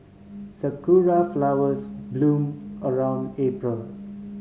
sakura flowers bloom around April